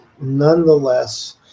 nonetheless